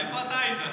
שמחה רוטמן הלך,